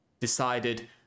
decided